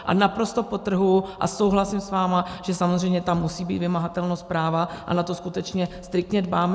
A naprosto podtrhuji, a souhlasím s vámi, že samozřejmě tam musí být vymahatelnost práva, a na to skutečně striktně dbáme.